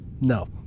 No